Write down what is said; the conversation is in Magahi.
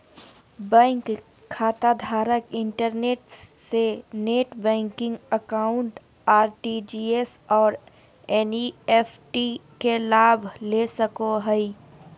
बैंक खाताधारक इंटरनेट से नेट बैंकिंग अकाउंट, आर.टी.जी.एस और एन.इ.एफ.टी के लाभ ले सको हइ